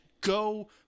Go